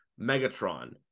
Megatron